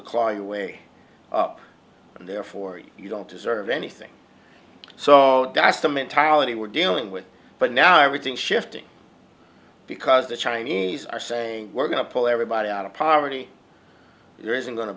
to claw your way up and therefore you don't deserve anything so that's the mentality we're dealing with but now everything shifting because the chinese are saying we're going to pull everybody out of poverty there isn't going to